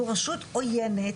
זו רשות עויינת,